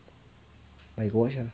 like you got watch lah